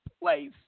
place